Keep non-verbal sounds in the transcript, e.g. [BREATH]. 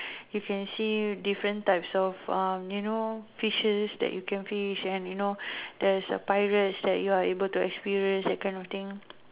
you can see different types of uh you know fishes that you can fish and you know [BREATH] there is the pirates that you are able to experience that kind of thing